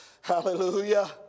hallelujah